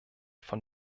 von